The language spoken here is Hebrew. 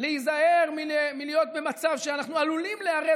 להיזהר מלהיות במצב שאנחנו עלולים לערב